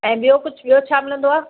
ऐं ॿियो कुझु ॿियो छा मिलंदो आहे